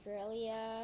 Australia